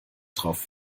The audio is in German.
drauf